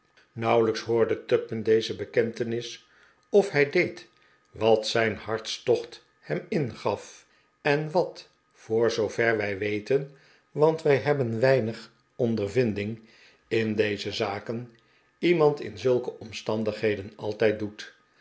nauwelijks hoorde tupman deze bekentenis of hij deed wat zijn hartstocht hem ingaf en wat voor zoover wij weten want wij hebben weinig ondervinding in deze zaken iemand in zulke omstandigheden altijd doet